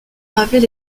gravées